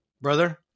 Brother